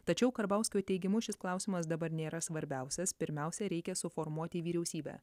tačiau karbauskio teigimu šis klausimas dabar nėra svarbiausias pirmiausia reikia suformuoti vyriausybę